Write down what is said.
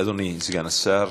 אדוני סגן השר.